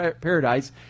paradise